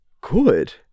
good